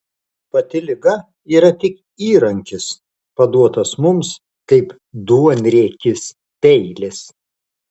pati liga yra tik įrankis paduotas mums kaip duonriekis peilis